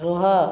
ରୁହ